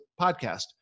podcast